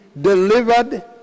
delivered